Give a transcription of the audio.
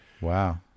Wow